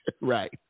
right